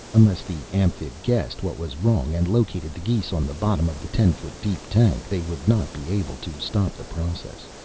unless the amphib guessed what was wrong and located the geese on the bottom of the ten-foot deep tank, they would not be able to stop the process.